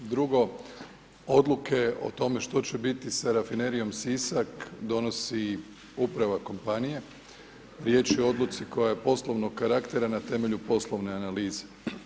Drugo, odluke o tome što će biti sa Rafinerijom Sisak donosi uprava kompanije, riječ je o odluci koja je poslovnog karaktera na temelju poslovne analize.